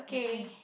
okay